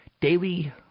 Daily